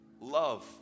love